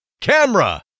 camera